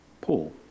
Paul